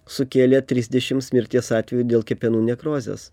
sukėlė trisdešims mirties atvejų dėl kepenų nekrozės